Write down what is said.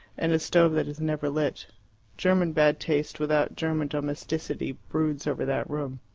and a stove that is never lit german bad taste without german domesticity broods over that room